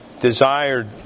desired